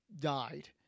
died